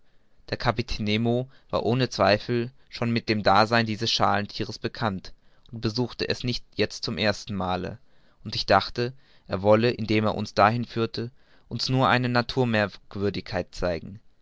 der kapitän nemo war ohne zweifel schon mit dem dasein dieses schalthieres bekannt und besuchte es nicht jetzt zum ersten male und ich dachte er wolle indem er uns dahin führte uns nur eine naturmerkwürdigkeit zeigen